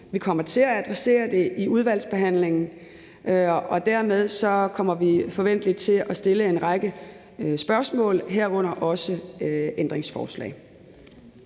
Vi kommer til at adressere det i udvalgsbehandlingen, og dermed kommer vi forventelig til at stille en række spørgsmål, herunder også ændringsforslag.